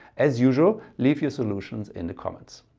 as usual leave your solutions in the comments.